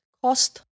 cost